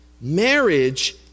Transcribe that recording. Marriage